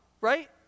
right